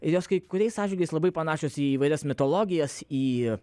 ir jos kai kuriais atžvilgiais labai panašios į įvairias mitologijas į